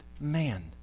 man